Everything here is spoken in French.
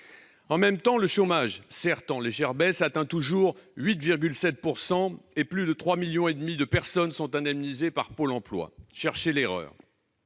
En même temps, le chômage, certes en légère baisse, atteint toujours 8,7 % et plus de 3,5 millions de personnes sont indemnisées par Pôle emploi. Cherchez l'erreur